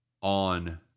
on